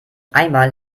einmal